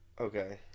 Okay